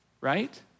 Right